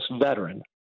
veteran